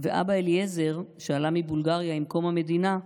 ואבא אליעזר, שעלה מבולגריה עם קום המדינה,